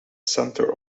center